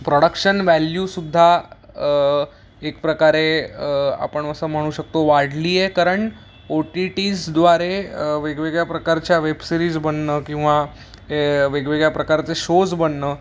production वॅल्यूसुद्धा एक प्रकारे आपण असं म्हणू शकतो वाढली आहे कारण ओ टी टी जद्वारे वेगवेगळ्या प्रकारच्या वेबसिरीज बनणं किंवा वेगवेगळ्या प्रकारचे शोज बनणं